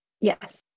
Yes